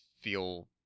feel